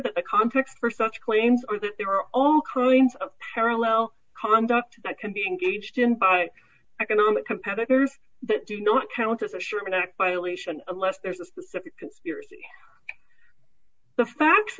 the context for such claims are that there are all kinds of parallel conduct that can be engaged in by economic competitors that do not count as a sherman act violation or less there's a specific conspiracy the facts